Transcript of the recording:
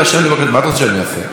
תשכנעי אותו לא להירשם.